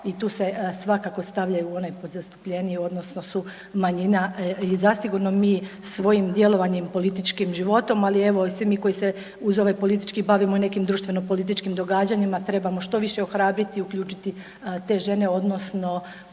i tu se svakako stavljaju u onaj pod zastupljeniji odnosno su manjina. I zasigurno mi svojim djelovanjem i političkim životom, ali evo i svi mi koji se uz ovaj politički bavimo i nekim društveno političkim događanjima trebamo što više ohrabriti i uključiti te žene odnosno